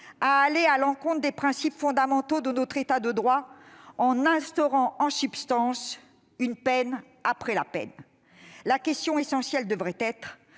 à aller à l'encontre des principes fondamentaux de notre État de droit, en instaurant en substance une peine après la peine. Comment faire